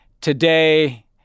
today